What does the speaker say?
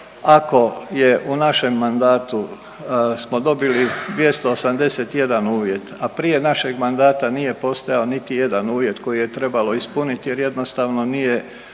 ako je u našem mandatu smo dobili 281 uvjet, a prije našeg mandata nije postojao niti jedan uvjet koji je trebalo ispuniti jer jednostavno nije